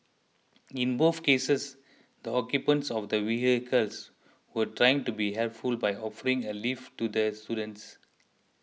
in both cases the occupants of the vehicles were trying to be helpful by offering a lift to the students